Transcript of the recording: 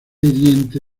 diente